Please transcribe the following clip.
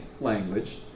language